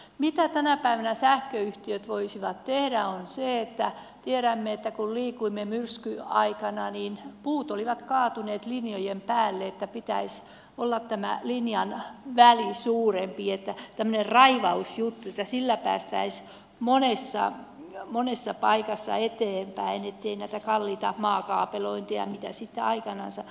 mitä tänä päivänä sähköyhtiöt voisivat tehdä on se kun tiedämme kun liikuimme myrskyaikana että puut olivat kaatuneet linjojen päälle että tämän linjan välin pitäisi olla suurempi että tämmöisessä raivausjutussa päästäisiin monessa paikassa eteenpäin ettei näitä kalliita maakaapelointeja tulisi mitä sitten aikanansa tuleekin